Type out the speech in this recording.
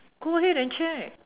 go ahead and check